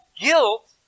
guilt